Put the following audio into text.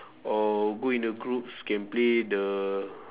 or go in the groups can play the